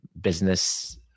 business